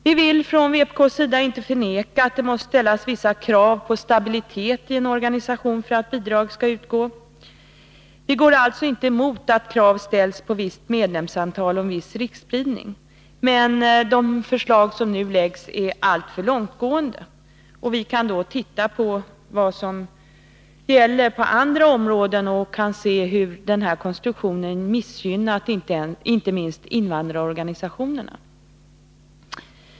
Vi vill från vpk:s sida inte förneka att det måste ställas vissa krav på stabilitet i en organisation för att bidrag skall kunna utgå. Vi går alltså inte emot att krav ställs på visst medlemsantal och viss riksspridning. Men det organisationernas förslag som nu ligger är alltför långtgående. Vi kan se vad som gäller på andra — centrala verksamområden och konstatera hur den här konstruktionen missgynnar inte minst — je; invandrarorganisationerna.